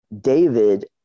David